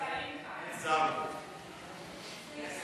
אין פה שר.